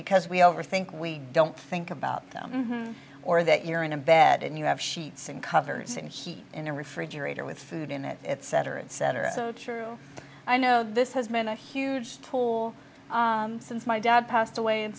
because we over think we don't think about them or that you're in a bad and you have sheets and covers and heat in a refrigerator with food in it it's cetera et cetera so true i know this has been a huge tool since my dad passed away in